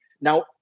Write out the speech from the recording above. Now